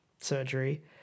surgery